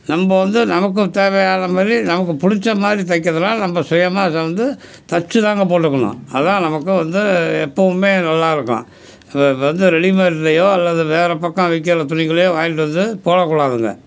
நம்ம வந்து நமக்கு தேவையான மாதிரி நமக்கு பிடிச்ச மாதிரி தைக்கிறதனால் நம்ம சுயமாக அதை வந்து தைச்சு தாங்க போட்டுக்கணும் அதுதான் நமக்கு வந்து எப்பவுமே நல்லா இருக்கும் நம்ம இப்போ வந்து ரெடிமேட்லையோ அல்லது வேறு பக்கம் விற்கிற துணிகளையோ வாங்கிட்டு வந்து போடக்கூடாதுங்க